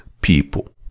people